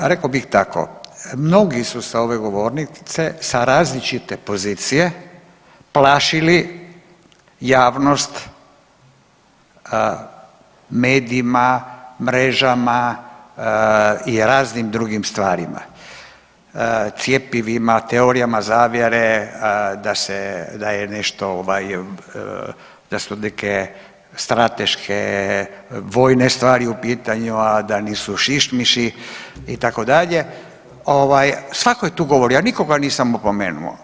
Rekao bih tako mnogi su sa ove govornice sa različite pozicije plašili javnost medijima, mrežama i raznim drugim stvarima, cjepivima, teorijama zavjere da se, da je nešto ovaj, da su neke strateške vojne stvari u pitanju, a da nisu šišmiši itd., ovaj svako je tu govorio ja nikoga nisam opomenuo.